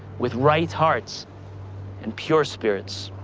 with right hearts and pure spirits.